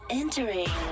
entering